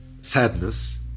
sadness